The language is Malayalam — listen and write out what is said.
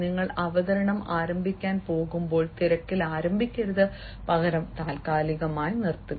നിങ്ങൾ അവതരണം ആരംഭിക്കാൻ പോകുമ്പോൾ തിരക്കിൽ ആരംഭിക്കരുത് പകരം താൽക്കാലികമായി നിർത്തുക